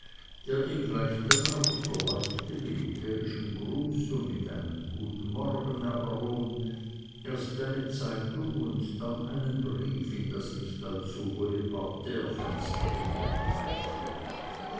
der ihm gleich danach unter leichtem militärischen gruß und mit einem guten morgen herr baron erst eine zeitung und dann einen brief in das nicht allzu hohe parterrefenster hineinreichte